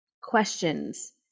questions